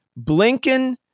Blinken